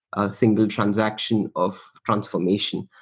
a single transaction of transformation.